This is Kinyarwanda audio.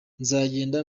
nzagenda